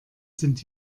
sind